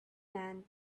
man